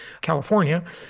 California